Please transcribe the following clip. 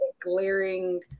glaring